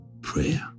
prayer